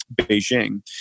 Beijing